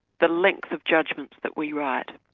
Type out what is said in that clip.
the length of judgments that we write.